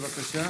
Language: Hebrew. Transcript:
בבקשה.